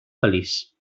feliç